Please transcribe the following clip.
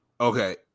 Okay